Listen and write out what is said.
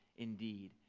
indeed